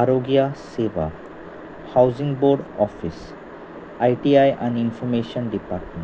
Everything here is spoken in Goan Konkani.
आरोग्या सेवा housing board office I T I आनी इनफोमेशन डिपार्टमेंट